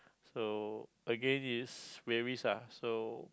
so again is varies ah so